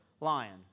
lion